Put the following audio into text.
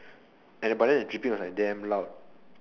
as in but then the dripping was like damn loud